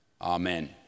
Amen